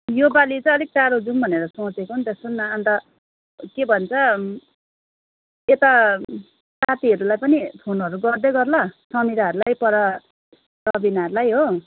यो पालि चाहिँ आलिक टाढो जाउँ भनेर सोचेको नि त सुन् न अन्त के भन्छ यता साथीहरूलाई पनि फोनहरू गर्दै गर् ल समिराहरूलाई पर सबिनाहरूलाई हो